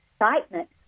excitement